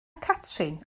catrin